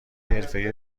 حرفهای